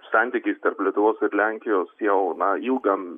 santykis tarp lietuvos ir lenkijos jau na ilgam